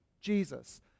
Jesus